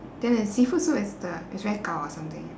then the seafood soup is the it's very gao or something